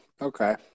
okay